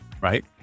Right